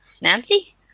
Nancy